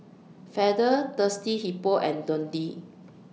Feather Thirsty Hippo and Dundee